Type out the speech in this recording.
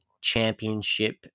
championship